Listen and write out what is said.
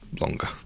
longer